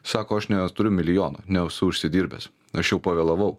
sako aš neturiu milijono nesu užsidirbęs aš jau pavėlavau